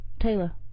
Taylor